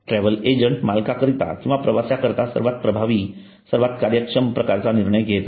travel agent मालका करीता किंवा प्रवाश्याकरिता सर्वात प्रभावी सर्वात कार्यक्षम प्रकारचा निर्णय घेत आहे